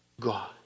God